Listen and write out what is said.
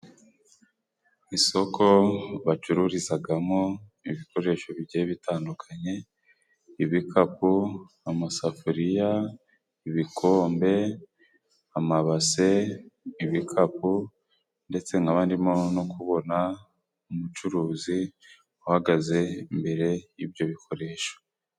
Isoko, bacururizagamo ibikoresho bigiye bitandukanye: ibikapu, amasafuriya, ibikombe, amabase, ibikapu. Ndetse nkaba ndimo no kubona umucuruzi uhagaze imbere y'ibyo bikoresho.